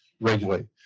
regularly